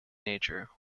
nature